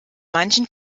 manchen